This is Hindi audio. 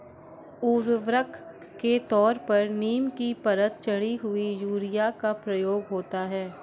उर्वरक के तौर पर नीम की परत चढ़ी हुई यूरिया का प्रयोग होता है